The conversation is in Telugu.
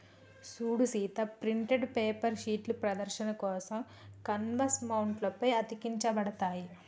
సూడు సీత ప్రింటెడ్ పేపర్ షీట్లు ప్రదర్శన కోసం కాన్వాస్ మౌంట్ల పై అతికించబడతాయి